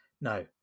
no